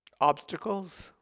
Obstacles